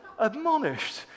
admonished